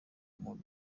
muri